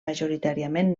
majoritàriament